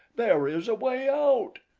there is a way out!